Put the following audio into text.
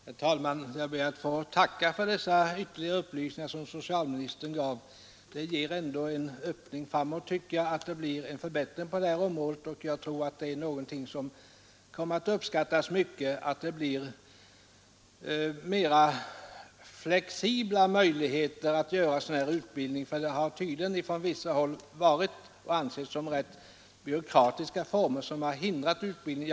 Herr talman! Jag ber att få tacka för de ytterligare upplysningar som socialministern gav. De ger löften om en förbättring på detta område, och jag tror att det är något som kommer att uppskattas mycket, att möjligheterna att anordna utbildning av ifrågavarande slag blir mera flexibla. Man har ändå tydligen på vissa håll ansett att de byråkratiska formerna lagt hinder i vägen för utbildningen.